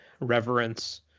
reverence